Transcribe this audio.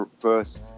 first